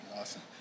awesome